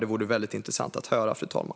Detta vore väldigt intressant att höra, fru talman.